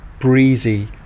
breezy